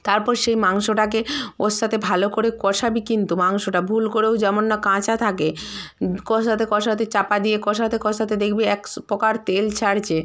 তারপর সেই মাংসটাকে ওর সাথে ভালো করে কষাবি কিন্তু মাংসটা ভুল করেও যেমন না কাঁচা থাকে কষাতে কষাতে চাপা দিয়ে কষাতে কষাতে দেখবি একস প্রকার তেল ছাড়চে